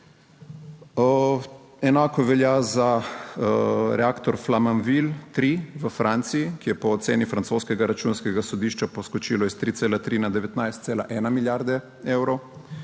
Enako velja za reaktor Flamanville 3 v Franciji, ki je po oceni francoskega računskega sodišča poskočilo iz 3,3 na 19,1 milijarde evrov.